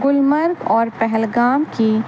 گللمرگ اور پہلگام کی